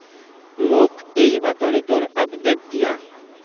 মোক এই বাতৰিটোৰ আপডেট দিয়া